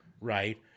right